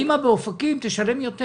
האם באופקים תשלם יותר